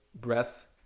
breath